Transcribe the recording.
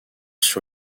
sur